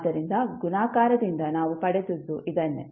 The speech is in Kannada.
ಆದ್ದರಿಂದ ಗುಣಾಕಾರದಿಂದ ನಾವು ಪಡೆದದ್ದು ಇದನ್ನೇ